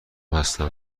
هستم